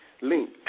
link